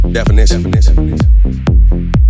Definition